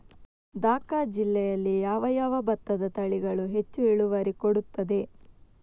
ದ.ಕ ಜಿಲ್ಲೆಯಲ್ಲಿ ಯಾವ ಯಾವ ಭತ್ತದ ತಳಿಗಳು ಹೆಚ್ಚು ಇಳುವರಿ ಕೊಡುತ್ತದೆ?